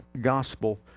gospel